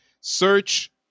search